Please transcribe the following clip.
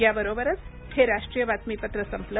या बरोबरच हे राष्ट्रीय बातमीपत्र संपलं